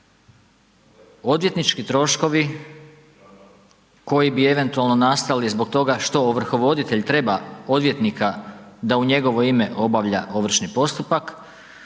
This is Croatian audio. odvjetnički troškovi koji bi eventualno nastali zbog toga što ovrhovoditelj treba odvjetnika da u njegovo ime obavlja ovršni postupak,